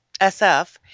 SF